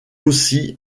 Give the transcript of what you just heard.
aussi